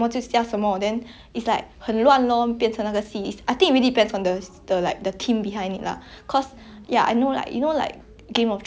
ya I know like you know like game of thrones ya then a lot of my friends I don't watch it but 我很多朋友看 lah then 他们看那个最后一集 right